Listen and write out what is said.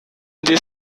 this